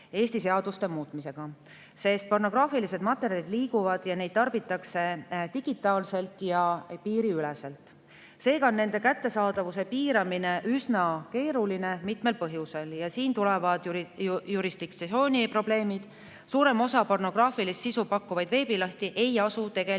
Eesti seaduste muutmisega, sest pornograafilised materjalid liiguvad ja neid tarbitakse digitaalselt ja piiriüleselt. Seega on nende kättesaadavuse piiramine üsna keeruline mitmel põhjusel. Siin tulevad jurisdiktsiooni probleemid. Suurem osa pornograafilist sisu pakkuvaid veebilehti ei asu Eestis,